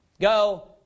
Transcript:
Go